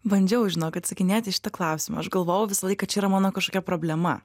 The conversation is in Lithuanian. bandžiau žinok atsakinėti į šitą klausimą aš galvojau visą laiką čia yra mano kažkokia problema